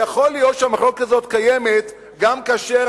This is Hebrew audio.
יכול להיות שהמחלוקת הזאת קיימת גם כאשר